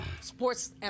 sports